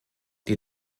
die